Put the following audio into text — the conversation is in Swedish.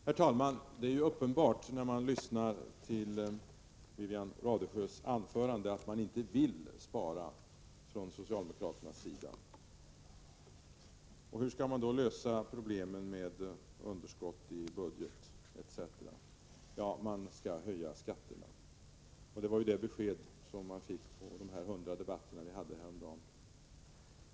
Herr talman! När man lyssnar till Wivi-Anne Radesjös anförande framstår det helt klart att socialdemokraterna inte vill spara. Hur skall man då lösa problemen med underskott i budgeten etc.? Jo, man skall höja skatterna. Det var det besked vi fick i de 100 debatter som fördes häromdagen.